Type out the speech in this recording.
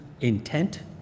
intent